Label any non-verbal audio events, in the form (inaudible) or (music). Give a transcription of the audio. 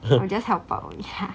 (laughs)